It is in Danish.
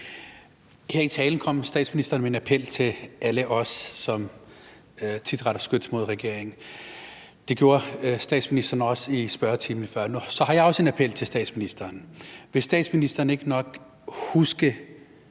Her i talen kom statsministeren med en appel til alle os, som tit retter skytset mod regeringen. Det gjorde statsministeren også i spørgetimen før. Så har jeg også en appel til statsministeren. Vil statsministeren ikke nok huske